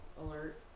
alert